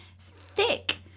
thick